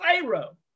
Pharaoh